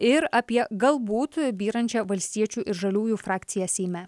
ir apie galbūt byrančią valstiečių ir žaliųjų frakciją seime